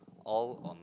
all on